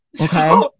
okay